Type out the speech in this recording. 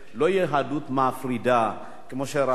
לא יהדות מפרידה כמו שרבים,